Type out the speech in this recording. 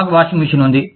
మాకు washing machine ఉంది